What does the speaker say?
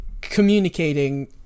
communicating